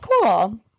cool